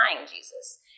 Jesus